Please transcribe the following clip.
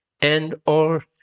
and/or